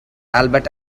albert